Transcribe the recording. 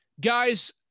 Guys